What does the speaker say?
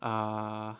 uh